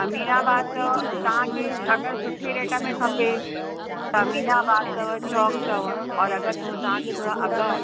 अमीनाबाद अथव तव्हां खे अगरि सुठे रेट में खपे त अमीनाबाद अथव चौक अथव और अगरि थोरे तव्हां खे थोरा अघु